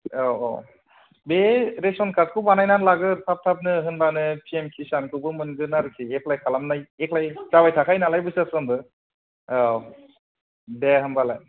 औ औ बे रेसन कार्डखौ बानायनानाै लाग्रो थाब थाबनो होमबानो पि एम किसानखौबो मोनगोन आरखि एप्लाय खालामनाय एप्लाय जाबाय थाखायो नालाय बोसोरफ्रोमबो औ दे होमबालाय